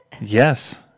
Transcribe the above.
Yes